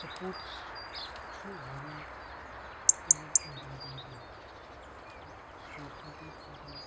sports چھُ واریاہ مطلب اِمپاٹنٹ اکہِ سوسایٹی خٲطرٕ